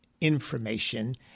information